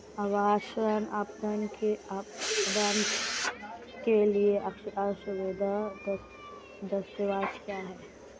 आवास ऋण आवेदन के लिए आवश्यक दस्तावेज़ क्या हैं?